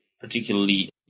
particularly